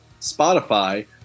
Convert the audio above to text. Spotify